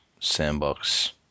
Sandbox